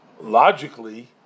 logically